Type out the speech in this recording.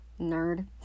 Nerd